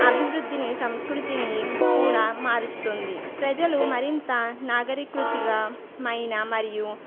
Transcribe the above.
అభివృద్దిని సంస్కృతిని కూడా మారుస్తుంది ప్రజలు మరింత నాగరికంగా మైన మరియు